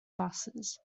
buses